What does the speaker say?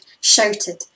shouted